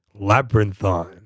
labyrinthine